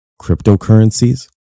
cryptocurrencies